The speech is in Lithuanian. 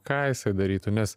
ką jisai darytų nes